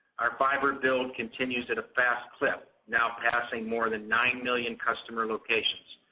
our fiber build continues at a fast clip now passing more than nine million customer locations.